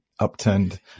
upturned